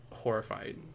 Horrified